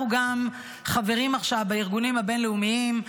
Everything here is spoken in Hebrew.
אנחנו גם חברים עכשיו בארגונים הבין-לאומיים,